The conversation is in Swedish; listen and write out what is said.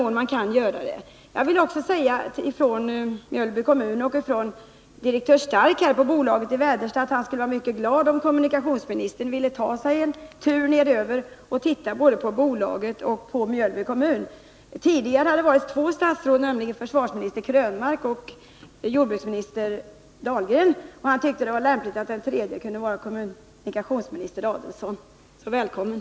Huvudprincipen borde vara att olja och andra miljöfarliga varor inte transporterades genom skärgården. I stället borde en större satsning ske på ur dessa synpunkter bättre belägna hamnar som Nynäshamn och Kapellskär. Är statsrådet beredd att tillsammans med berörda kommuner och regionala organ verka för en sådan planering av Stockholmsregionens hamnfrågor att transporten av olja och andra miljöfarliga varor genom Stockholms skärgård kan minimeras?